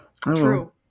True